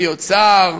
להיות שר,